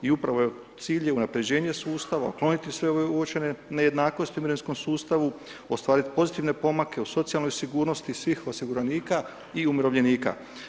I upravo je cilj unaprjeđenje sustava, ukloniti sve ove uočene nejednakosti u mirovinskom sustavu, ostvariti pozitivne pomake u socijalnoj sigurnosti svih osiguranika i umirovljenika.